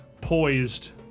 poised